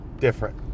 different